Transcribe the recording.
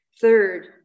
Third